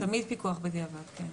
תמיד פיקוח בדיעבד, כן.